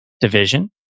Division